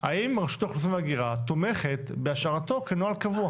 האם רשות האוכלוסין וההגירה תומכת בהשארתו כנוהל קבוע?